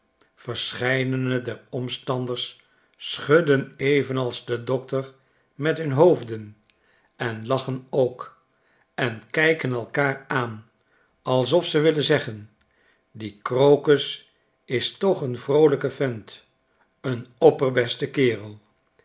verscheidene der omstanders schudden evenals de dokter met hun hoofden en lachen ook en kyken elkaar aan alsof ze wilden zeggen die crocus is toch n vroolijke vent n opperbeste kerel